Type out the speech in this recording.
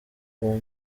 uwo